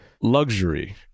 luxury